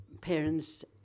parents